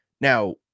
Now